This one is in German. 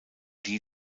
die